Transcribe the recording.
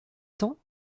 temps